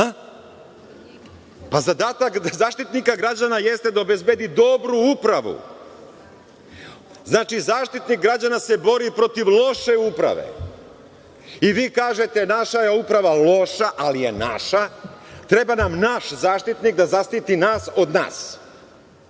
Zadatak Zaštitnika građana jeste da obezbedi dobru upravu. Znači, Zaštitnik građana se bori protiv loše uprave. I vi kažete - naša je uprava loša, ali je naša, treba nam naš Zaštitnik da zaštiti nas od nas.